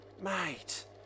Mate